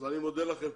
אז אני מודה לכם.